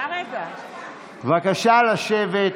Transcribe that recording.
בבקשה לשבת.